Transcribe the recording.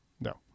No